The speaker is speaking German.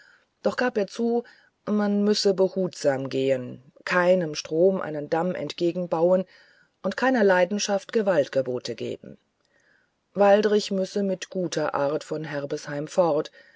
doch gab er zu man müsse behutsam gehen keinem strom einen damm entgegenbauen und keiner leidenschaft gewaltgebote geben waldrich müsse mit guter art von herbesheim fort